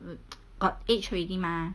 got age already mah